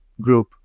Group